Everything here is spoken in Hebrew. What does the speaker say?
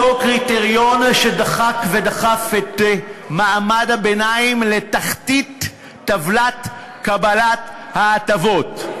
אותו קריטריון שדחק ודחף את מעמד הביניים לתחתית טבלת קבלת ההטבות.